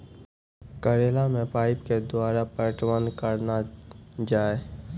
करेला मे पाइप के द्वारा पटवन करना जाए?